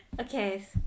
okay